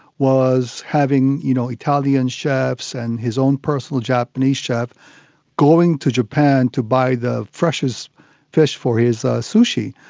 was having you know italian chefs and his own personal japanese chef going to japan to buy the freshest fish for his sushi.